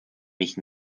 mich